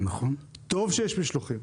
טוב שיש משלוחים,